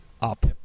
up